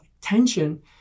tension